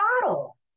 bottle